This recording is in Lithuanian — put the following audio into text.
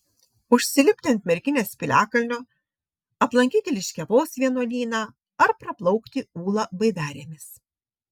užsilipti ant merkinės piliakalnio aplankyti liškiavos vienuolyną ar praplaukti ūlą baidarėmis